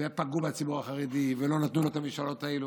ופגעו בציבור החרדי ולא נתנו לו את המשאלות האלה.